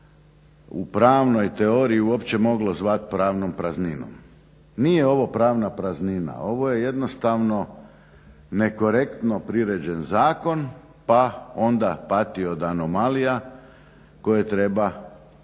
u pravnoj teoriji uopće moglo zvati pravnom prazninom. Nije ovo pravna praznina ovo je jednostavno neokretno priređen zakon pa onda pati od anomalija koje treba uskladiti